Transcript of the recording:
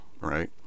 right